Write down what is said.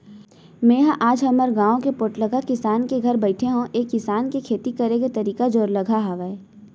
मेंहा आज हमर गाँव के पोठलगहा किसान के घर बइठे हँव ऐ किसान के खेती करे के तरीका जोरलगहा हावय